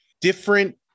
different